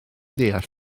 deall